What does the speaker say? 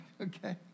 okay